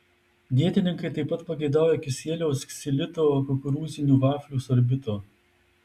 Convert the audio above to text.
dietininkai taip pat pageidauja kisieliaus ksilito kukurūzinių vaflių sorbito